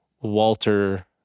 Walter